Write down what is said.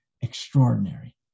extraordinary